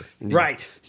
Right